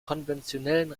konventionellen